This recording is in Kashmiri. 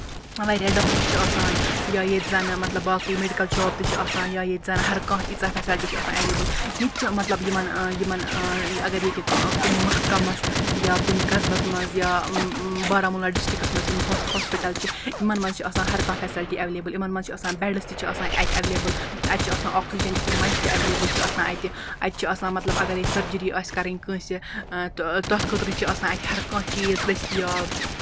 واریاہ ڈاکٹر چھِ آسان یا ییٚتہِ زَن مطلب اکھ بیٚیہِ میڈِک شاپ تہِ چھُ آسان یا ییٚتہِ زَن ہر کانٛہہ فیسَلٹی چھِ آسان ایویلیبٔل ییٚتہِ چھِ مطلب یِمن یِمن اَگر ییٚتہِ کُنہِ محکَمَس یا کُنہِ قصبَس منٛز یا بارامولا ڈِسٹرکَس منٛز یِم ہاسپِٹل چھِ یِمن منٛز چھِ آسان ہَر کانٛہہ فیسَلٹی ایٚویلیبٔل یِمن چھُ آسان بیڈَس تہِ چھُ آسان اَتہِ ایویلیبٔل اَتہِ چھُ آسان آکسیٖجَن تہِ تِم مَچہِ تہِ ایٚویلیبٔل چھِ آسان اَتہِ اَتہِ چھِ آسان مطلب اَگرے سٔرجٔری آسہِ کَرٕنۍ کٲنٛسہِ تہٕ تَتھ خٲطرٕ چھُ آسان اَتہِ ہَر کانہہ چیٖز دٔستِیاب